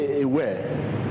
aware